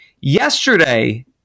Yesterday